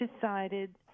decided